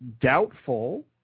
doubtful